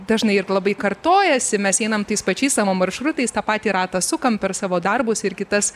dažnai ir labai kartojasi mes einam tais pačiais savo maršrutais tą patį ratą sukam per savo darbus ir kitas